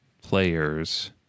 players